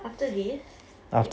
after this you